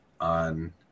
on